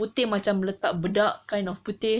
putih macam letak bedak kind of putih